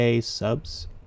subs